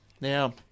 Now